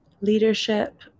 leadership